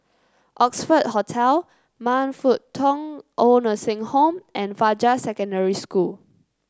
Oxford Hotel Man Fut Tong Old Nursing Home and Fajar Secondary School